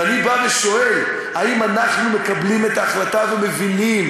ואני בא ושואל: האם אנחנו מקבלים את ההחלטה הזו ומבינים